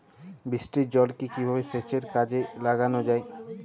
বৃষ্টির জলকে কিভাবে সেচের কাজে লাগানো যায়?